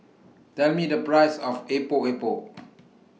Tell Me The Price of Epok Epok